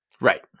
Right